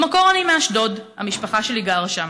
במקור אני מאשדוד, המשפחה שלי גרה שם.